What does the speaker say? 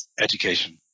education